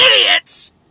idiots